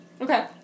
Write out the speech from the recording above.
Okay